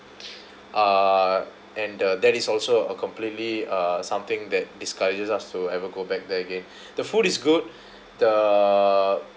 uh and the that is also a completely uh something that discourages us to ever go back there again the food is good the